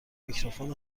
میکروفون